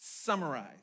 summarize